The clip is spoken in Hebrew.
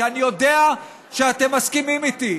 כי אני יודע שאתם מסכימים איתי.